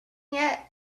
yet